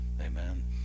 Amen